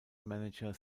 manager